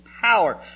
power